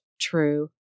true